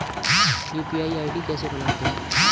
UPI ID कैसे बनाते हैं?